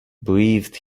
breathed